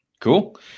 cool